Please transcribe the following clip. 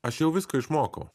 aš jau visko išmokau